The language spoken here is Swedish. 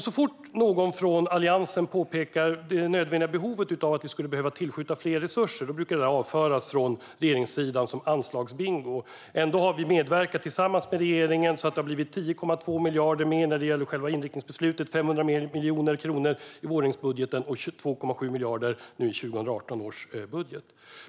Så fort någon från Alliansen påpekar behovet av att tillskjuta mer resurser brukar det avfärdas av regeringssidan som "anslagsbingo". Ändå har vi tillsammans med regeringen medverkat till att det har blivit 10,2 miljarder mer när det gäller själva inriktningsbeslutet, 500 miljoner kronor i vårändringsbudgeten och 22,7 miljarder i 2018 års budget.